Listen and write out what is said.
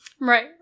Right